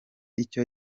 icyo